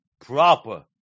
proper